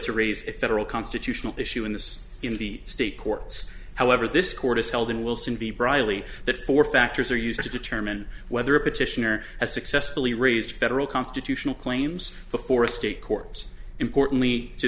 to raise it federal constitutional issue in this in the state courts however this court has held and will soon be brierly that four factors are used to determine whether a petitioner has successfully raised federal constitutional claims before state courts importantly to